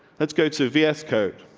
let's go to v s coat.